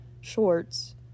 shorts